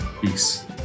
Peace